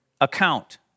account